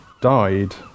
died